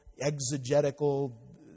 exegetical